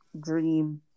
dream